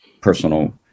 personal